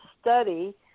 study